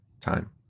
time